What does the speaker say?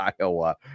Iowa